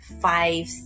five